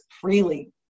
freely